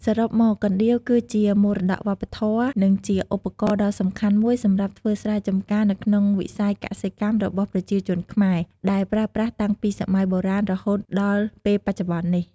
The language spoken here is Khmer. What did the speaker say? សរុបមក កណ្ដៀវ គឺជាមរតកវប្បធម៌ និងជាឧបករណ៍ដ៏សំខាន់មួយសម្រាប់ធ្វើស្រែចំការនៅក្នុងវិស័យកសិកម្មរបស់ប្រជាជនខ្មែរ ដែលប្រើប្រាស់តាំងពីសម័យបុរាណរហូតដល់ពេលបច្ចុប្បន្ននេះ។